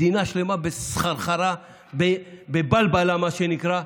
מדינה שלמה בסחרחרה, בבלבלה, מה שנקרא,